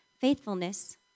faithfulness